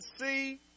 see